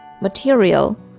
Material